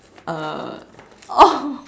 uh oh